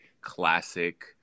classic